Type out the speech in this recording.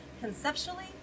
conceptually